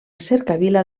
cercavila